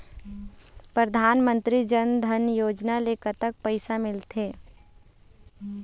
परधानमंतरी जन धन योजना ले कतक पैसा मिल थे?